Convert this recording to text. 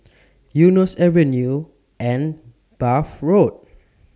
Eunos Avenue and Bath Road